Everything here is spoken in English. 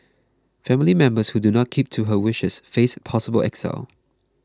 family members who do not keep to her wishes face possible exile